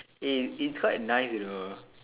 eh it's quite nice you know